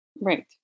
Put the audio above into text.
Right